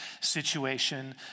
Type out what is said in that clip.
situation